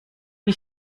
wie